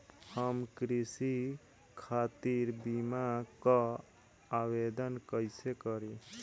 हम कृषि खातिर बीमा क आवेदन कइसे करि?